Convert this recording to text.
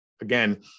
again